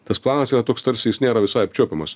tas planas yra toks tarsi jis nėra visai apčiuopiamas